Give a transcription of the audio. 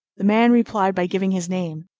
the man replied by giving his name,